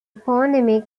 phonemic